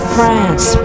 France